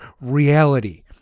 reality